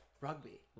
Rugby